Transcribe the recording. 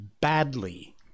badly